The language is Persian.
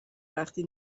وقتی